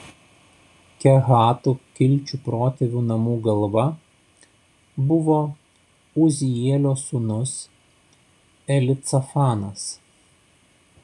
kehatų kilčių protėvių namų galva buvo uzielio sūnus elicafanas